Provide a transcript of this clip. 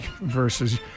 versus